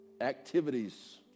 activities